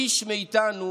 איש מאיתנו